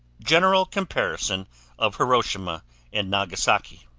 general comparison of hiroshima and nagasaki